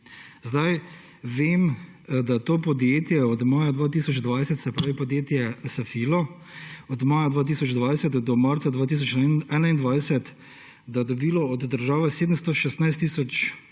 Zdaj vem, da je to podjetje, se pravi podjetje Safilo, od maja 2020 do marca 2021 dobilo od države 716 tisoč